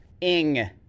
Ing